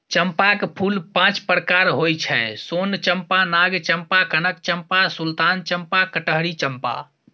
चंपाक फूल पांच प्रकारक होइ छै सोन चंपा, नाग चंपा, कनक चंपा, सुल्तान चंपा, कटहरी चंपा